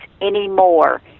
anymore